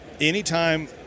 anytime